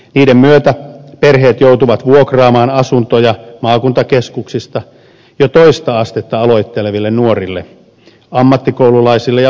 niiden myötä perheet joutuvat vuokraamaan asuntoja maakuntakeskuksista jo toista astetta aloitteleville nuorille ammattikoululaisille ja lukiolaisille